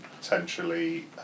potentially